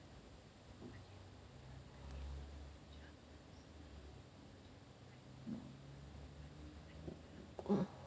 mm